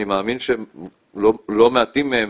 אני מאמין שלא מעטים מהם